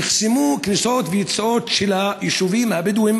נחסמו כניסות ויציאות של היישובים הבדואיים